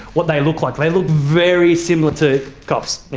what they look like, they look very similar to cops.